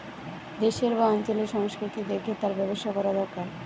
দেশের বা অঞ্চলের সংস্কৃতি দেখে তার ব্যবসা কোরা দোরকার